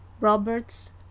Robert's